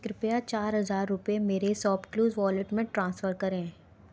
कृपया चार हज़ार रुपये मेरे शॉपक्लूज़ वॉलेट में ट्रांसफ़र करें